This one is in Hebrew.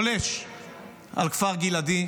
טווח פעם אחר פעם אחר פעם ליישובים אזרחיים,